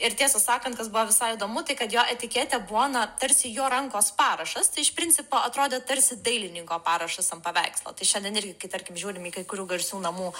ir tiesą sakant kas buvo visai įdomu tai kad jo etiketė buvo na tarsi jo rankos parašas tai iš principo atrodė tarsi dailininko parašas ant paveikslo tai šiandien irgi kai tarkim žiūrim į kai kurių garsių namų